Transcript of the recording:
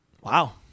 Wow